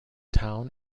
town